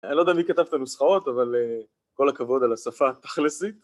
אני לא יודע מי כתב את הנוסחאות אבל כל הכבוד על השפה התכלסית